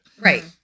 Right